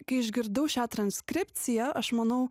kai išgirdau šią transkripciją aš manau